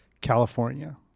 California